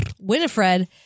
Winifred